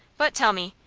but, tell me,